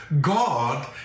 God